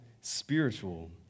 spiritual